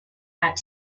had